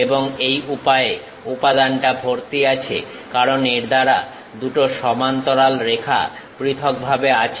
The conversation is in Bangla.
এবং এই উপায়ে উপাদানটা ভর্তি আছে কারণ এর দ্বারা দুটো সমান্তরালে রেখা পৃথক ভাবে আছে